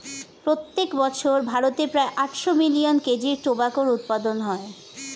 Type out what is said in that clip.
প্রত্যেক বছর ভারতে প্রায় আটশো মিলিয়ন কেজি টোবাকোর উৎপাদন হয়